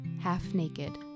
half-naked